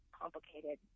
complicated